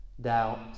doubt